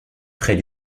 près